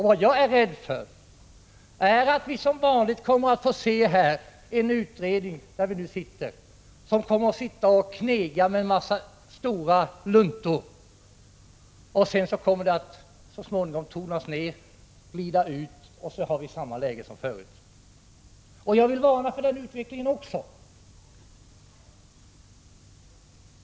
Vad jag är rädd för är att vi som vanligt här kommer att få se en utredning som knegar med en mängd stora luntor, men att det hela så småningom kommer att tonas ned och glida ut i ingenting, och så har vi samma läge som förut. Jag vill varna också för den utvecklingen.